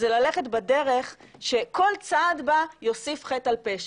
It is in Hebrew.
זה ללכת בדרך שכל צעד בה יוסיף חטא על פשע.